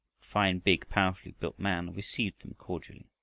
fine, big, powerfully-built man, received them cordially.